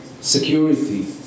security